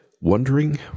wondering